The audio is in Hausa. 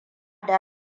da